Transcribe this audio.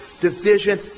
Division